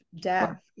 death